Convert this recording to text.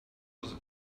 was